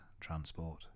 transport